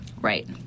Right